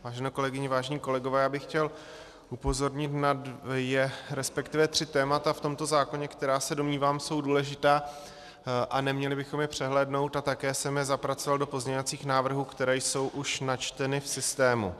Vážené kolegyně, vážení kolegové, já bych chtěl upozornit na dvě, resp. tři témata v tomto zákoně, která, se domnívám, jsou důležitá, neměli bychom je přehlédnout, a také jsem je zapracoval do pozměňovacích návrhů, které jsou už načteny v systému.